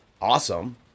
awesome